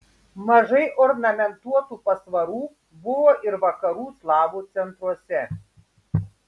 mažai ornamentuotų pasvarų buvo ir vakarų slavų centruose